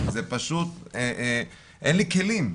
פשוט אין לי כלים.